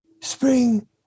spring